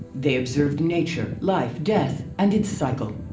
they observed nature, life, death and its cycle.